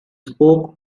spoke